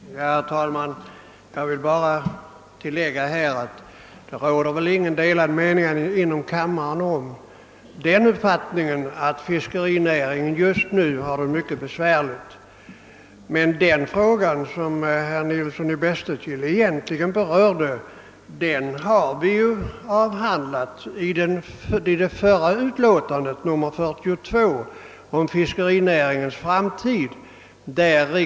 Herr talman! Jag vill bara tillägga att det väl i denna kammare inte råder några delade meningar om det förhållandet att fiskerinäringen just nu har det mycket besvärligt. Den fråga som herr Nilsson i Bästekille egentligen berörde har vi emellertid behandlat redan under föregående punkt på föredragningslistan, jordbruksutskottets utlåtande nr 42, om fiskerinäringens framtid.